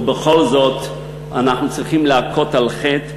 ובכל זאת אנחנו צריכים להכות על חטא,